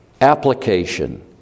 application